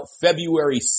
February